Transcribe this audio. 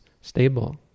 stable